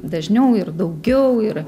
dažniau ir daugiau ir